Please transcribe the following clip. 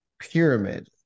pyramid